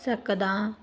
ਸਕਦਾ